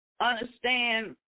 understand